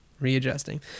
Readjusting